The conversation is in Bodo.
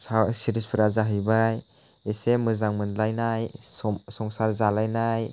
सिरिसफोरा जाहैबाय एसे मोजां मोनलायनाय संसार जालायनाय